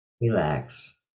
relax